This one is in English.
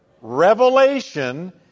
revelation